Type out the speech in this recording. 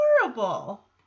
adorable